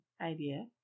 idea